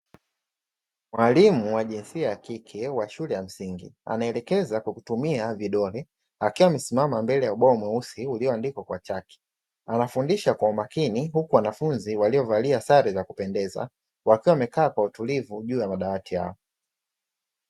Mwalimu wa jinsia ya kike wa shule ya msingi anaelekeza kwa kutumia vidole akiwa amesimama mbele ya ubao mweusi ulioandikwa kwa chaki, na anafundisha kwa umakini huku wanafunzi waliovalia sare za kupendeza wakiwa wamekaa kwa utulivu juu ya madawati yao.